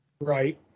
Right